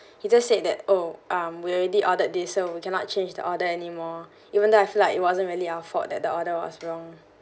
he just said that oh um we already ordered this so we cannot change the order anymore even though I feel like it wasn't really our fault that the order was wrong